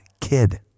kid